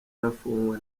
arafungwa